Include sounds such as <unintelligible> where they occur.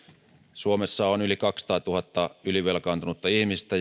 suomessa on yli kaksisataatuhatta ylivelkaantunutta ihmistä <unintelligible>